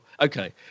okay